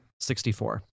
64